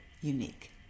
unique